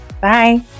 Bye